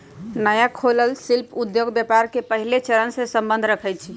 नया खोलल शिल्पि उद्योग व्यापार के पहिल चरणसे सम्बंध रखइ छै